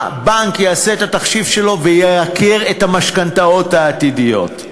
הבנק יעשה את התחשיב שלו וייקר את המשכנתאות העתידיות.